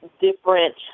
different